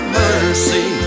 mercy